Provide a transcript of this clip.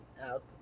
out